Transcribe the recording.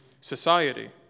society